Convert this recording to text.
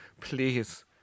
Please